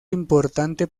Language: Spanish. importante